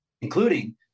including